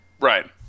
Right